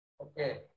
Okay